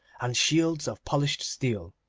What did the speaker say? and shields of polished steel.